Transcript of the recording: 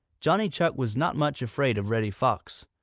johnny chuck was not much afraid of reddy fox,